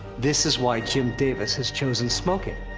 this is why jim davis has chosen smoking.